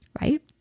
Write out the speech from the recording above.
Right